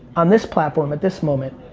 on this platform, at this moment,